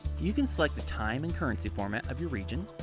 you can select the time and currency format of your region,